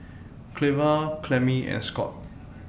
Cleva Clemmie and Scot